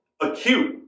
acute